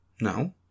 No